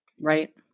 Right